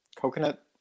coconut